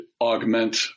augment